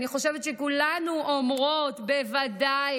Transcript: ואני חושבת שכולנו אומרות: בוודאי.